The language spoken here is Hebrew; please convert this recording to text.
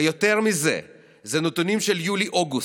ויותר מזה, זה נתונים של יולי-אוגוסט,